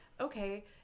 okay